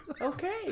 Okay